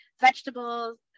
vegetables